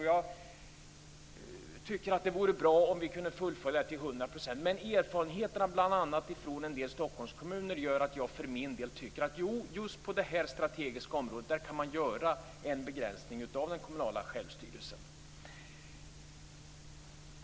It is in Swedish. Jag tycker att det vore bra om vi till hundra procent kunde fullfölja den, men erfarenheterna från bl.a. en del Stockholmskommuner gör att jag för min del tycker att man just på detta strategiska område kan göra en begränsning av den kommunala självstyrelsen.